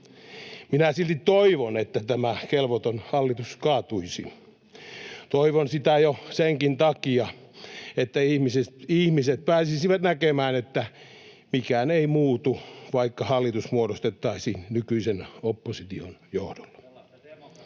Minä silti toivon, että tämä kelvoton hallitus kaatuisi. Toivon sitä jo senkin takia, että ihmiset pääsisivät näkemään, että mikään ei muutu, vaikka hallitus muodostettaisiin nykyisen opposition johdolla.